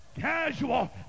Casual